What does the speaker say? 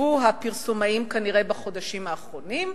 שעיצבו הפרסומאים, כנראה, בחודשים האחרונים: